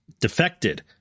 Defected